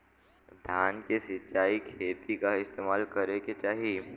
धान के सिंचाई खाती का इस्तेमाल करे के चाही?